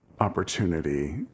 opportunity